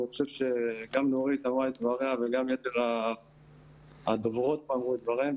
אני חושב שגם נורית אמרה את דבריה וגם יתר הדוברות אמרו את דבריהן.